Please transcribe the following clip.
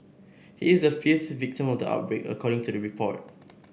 he is the fifth victim of the outbreak according to the report